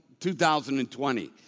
2020